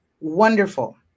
Wonderful